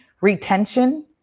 retention